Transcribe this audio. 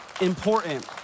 important